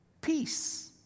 Peace